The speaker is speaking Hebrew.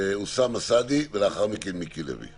אוסאמה סעדי, ולאחר מכן מיקי לוי.